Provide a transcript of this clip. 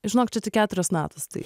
žinok čia tik keturios natos tai